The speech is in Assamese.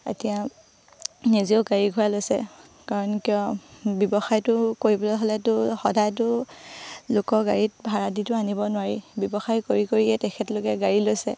এতিয়া নিজেও গাড়ী গুৰা লৈছে কাৰণ কিয় ব্যৱসায়টো কৰিবলৈ হ'লেতো সদায়তো লোকৰ গাড়ীত ভাড়া দিটো আনিব নোৱাৰি ব্যৱসায় কৰি কৰিয়ে তেখেতলোকে গাড়ী লৈছে